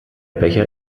becher